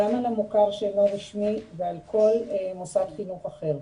גם על המוכר שאינו רשמי ועל כל מוסד חינוך אחר.